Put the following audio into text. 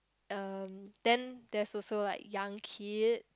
um then there's also like young kid